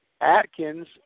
Atkins